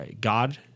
God